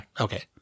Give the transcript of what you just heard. Okay